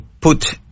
put